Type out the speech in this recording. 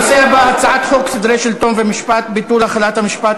הנושא הבא: הצעת חוק סדרי השלטון והמשפט (ביטול החלת המשפט,